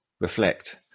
Reflect